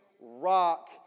rock